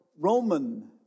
Roman